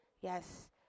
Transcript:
Yes